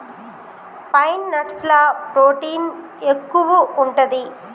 pine nuts ల protein ఎక్కువు ఉంటది